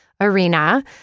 arena